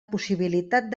possibilitat